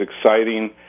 exciting